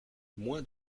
moins